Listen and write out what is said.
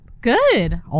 Good